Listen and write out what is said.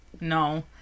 No